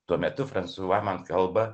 tuo metu fransua man kalba